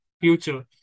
future